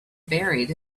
buried